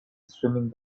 swimming